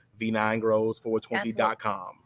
V9Grows420.com